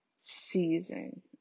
season